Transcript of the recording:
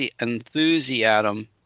enthusiasm